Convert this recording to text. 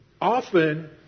Often